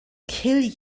kill